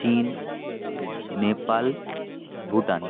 চীন নেপাল ভুটান